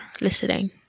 listening